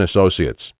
Associates